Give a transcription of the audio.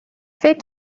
فکر